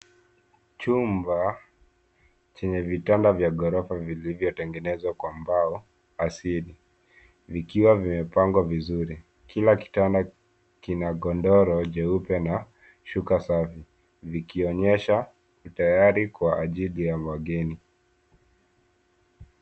Chumba chenye vitanda vya ghorofa vilivyotengenezwa kwa mbao asili vikiwa vimepangwa vizuri. Kila kitanda kina godoro jeupe na shuka safi vikionyesha viko tayari kwa ajili ya wageni.